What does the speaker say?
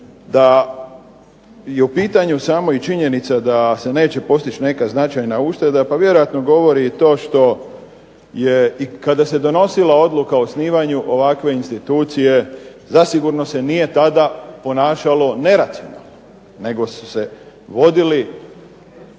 Da je u pitanju i sama činjenica da se neće postići neka značajna ušteda, pa vjerojatno govori i to što je i kada se donosila odluka o osnivanju ovakve institucije, zasigurno se nije tada ponašalo neracionalno, nego su se vodili